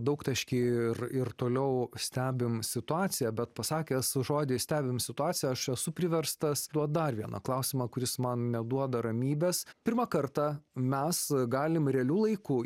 daugtaškį ir ir toliau stebim situaciją bet pasakęs žodį stebim situaciją aš esu priverstas duot dar vieną klausimą kuris man neduoda ramybės pirmą kartą mes galim realiu laiku